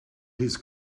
his